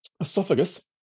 esophagus